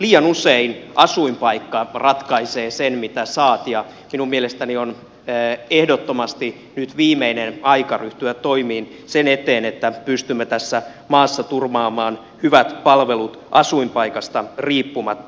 liian usein asuinpaikka ratkaisee sen mitä saat ja minun mielestäni on ehdottomasti nyt viimeinen aika ryhtyä toimiin sen eteen että pystymme tässä maassa turvaamaan hyvät palvelut asuinpaikasta riippumatta